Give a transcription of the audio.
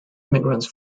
immigrants